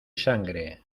sangre